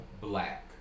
black